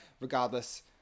regardless